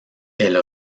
elle